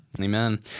Amen